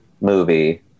movie